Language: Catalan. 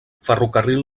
ferrocarril